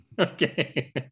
Okay